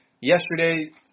yesterday